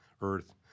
Earth